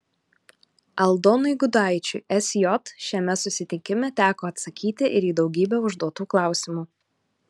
aldonui gudaičiui sj šiame susitikime teko atsakyti ir į daugybę užduotų klausimų